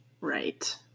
Right